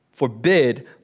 forbid